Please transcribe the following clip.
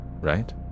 right